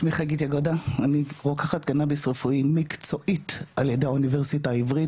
אני רוקחת קנאביס רפואי מקצועית על ידי האוניברסיטה העברית,